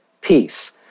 peace